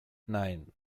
nine